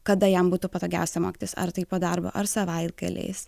kada jam būtų patogiausia mokytis ar tai po darbo ar savaitgaliais